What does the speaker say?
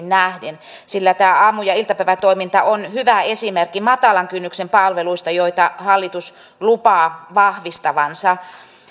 nähden sillä tämä aamu ja iltapäivätoiminta on hyvä esimerkki matalan kynnyksen palveluista joita hallitus lupaa vahvistavansa